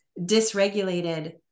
dysregulated